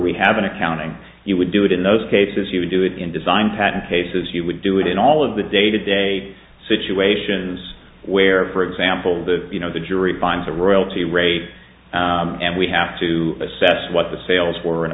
we have an accounting you would do it in those cases you would do it in design patent cases you would do it in all of the day to day situations where for example the you know the jury finds a royalty rate and we have to assess what the sales for and